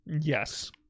Yes